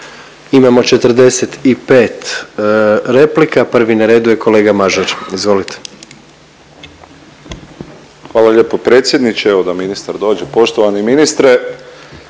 Imamo 45 replika, prvi na redu je kolega Mažar, izvolite. **Mažar, Nikola (HDZ)** Hvala lijepo predsjedniče. Evo da ministar dođe, poštovani ministre